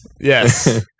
Yes